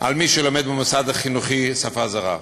על מי שלמד במוסד החינוכי שפה זרה.